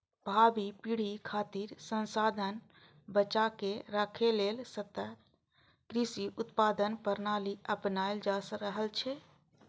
भावी पीढ़ी खातिर संसाधन बचाके राखै लेल सतत कृषि उत्पादन प्रणाली अपनाएल जा रहल छै